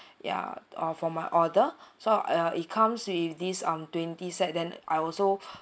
ya uh for my order so ya it comes with this um twenty sets then I also